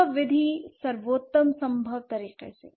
संभव विधि सर्वोत्तम संभव तरीके से